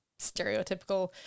stereotypical